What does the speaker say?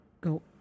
go